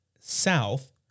south